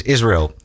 Israel